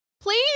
please